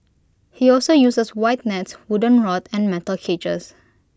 he also uses wide nets wooden rod and metal cages